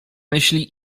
myśli